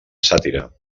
sàtira